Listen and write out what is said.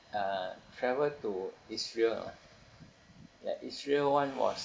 uh travel to israel lah ya israel one was